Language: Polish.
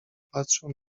patrzył